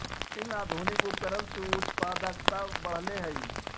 खेती में आधुनिक उपकरण से उत्पादकता बढ़ले हइ